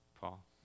Paul